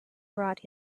brought